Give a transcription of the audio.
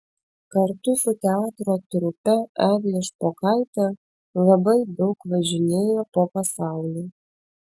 kartu su teatro trupe eglė špokaitė labai daug važinėjo po pasaulį